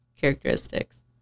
characteristics